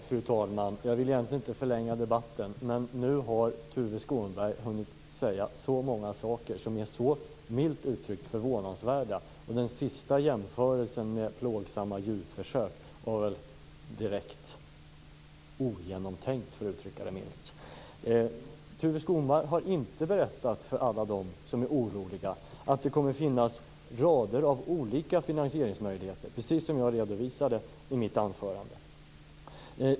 Fru talman! Jag vill egentligen inte förlänga debatten, men Tuve Skånberg har nu sagt många, milt uttryckt, förvånansvärda saker. Den sista jämförelsen med plågsamma djurförsök var väl direkt ogenomtänkt, för att uttrycka det hovsamt. Tuve Skånberg har inte berättat för alla dem som är oroliga att det kommer att finnas rader av olika finansieringsmöjligheter, precis som jag redovisade i mitt anförande.